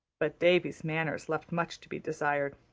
but davy's manners left much to be desired.